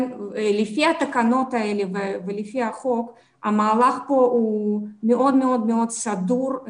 לפי התקנות האלה ולפי החוק המהלך פה מאוד מאוד מאוד סדור,